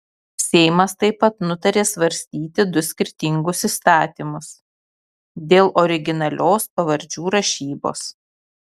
seimas taip pat nutarė svarstyti du skirtingus įstatymus dėl originalios pavardžių rašybos